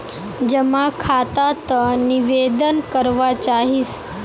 जमा खाता त निवेदन करवा चाहीस?